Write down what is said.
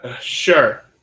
Sure